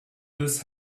this